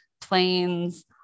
planes